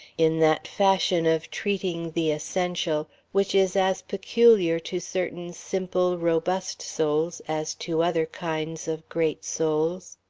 in that fashion of treating the essential which is as peculiar to certain simple, robust souls as to other kinds of great souls.